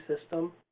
system